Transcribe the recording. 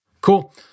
Cool